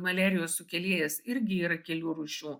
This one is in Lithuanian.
maliarijos sukėlėjas irgi yra kelių rūšių